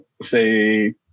say